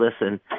listen